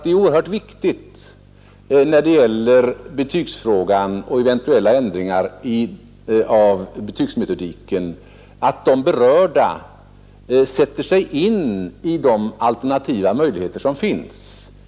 Det är nämligen oerhört viktigt vid eventuella ändringar av betygsmetodiken att man sätter sig in i de alternativa möjligheterna.